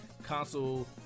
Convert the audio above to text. Console